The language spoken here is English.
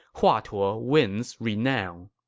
hua tuo ah wins renown